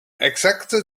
exacte